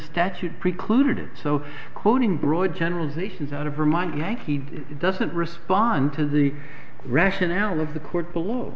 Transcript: statute precluded it so quoting broad generalizations out of vermont yankee doesn't respond to the rationale of the court below